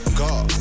god